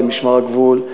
למשמר הגבול,